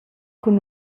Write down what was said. cun